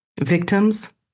victims